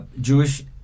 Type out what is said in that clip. Jewish